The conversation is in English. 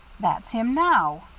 that's him now,